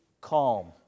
calm